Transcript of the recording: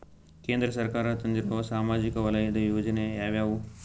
ಕೇಂದ್ರ ಸರ್ಕಾರ ತಂದಿರುವ ಸಾಮಾಜಿಕ ವಲಯದ ಯೋಜನೆ ಯಾವ್ಯಾವು?